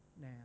now